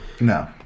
no